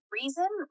reason